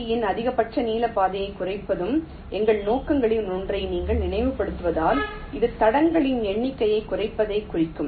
ஜியில் அதிகபட்ச நீள பாதையை குறைப்பதும் எங்கள் நோக்கங்களில் ஒன்றை நீங்கள் நினைவுபடுத்துவதால் இது தடங்களின் எண்ணிக்கையைக் குறைப்பதைக் குறிக்கும்